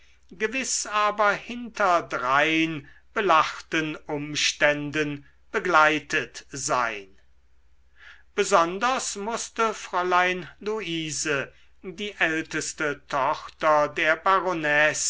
gewiß aber hinterdrein belachten umständen begleitet sein besonders mußte fräulein luise die älteste tochter der